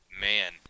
man